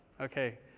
Okay